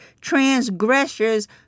transgressors